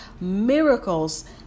miracles